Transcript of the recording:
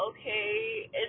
okay